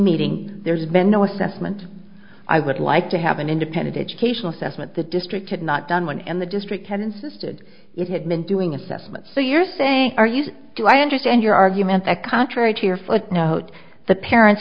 meeting there's been no assessment i would like to have an independent educational settlement the district had not done one and the district had insisted it had been doing assessments so you're saying are you do i understand your argument that contrary to your footnote the parents